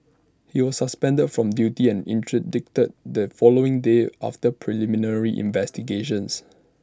he was suspended from duty and interdicted the following day after preliminary investigations